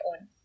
own